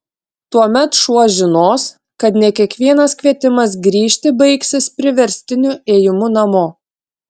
tuomet šuo žinos kad ne kiekvienas kvietimas grįžti baigsis priverstiniu ėjimu namo